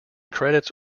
credits